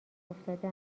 افتاده